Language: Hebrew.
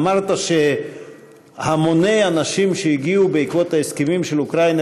אמרת שהמוני אנשים שהגיעו בעקבות ההסכמים עם אוקראינה